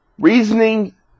Reasoning